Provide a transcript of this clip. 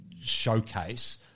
showcase